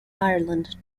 ireland